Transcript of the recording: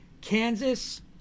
Kansas